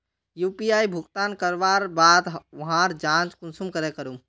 UPI भुगतान करवार बाद वहार जाँच कुंसम करे करूम?